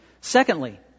Secondly